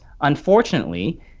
unfortunately